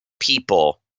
people